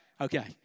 Okay